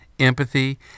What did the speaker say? empathy